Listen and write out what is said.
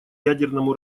ядерному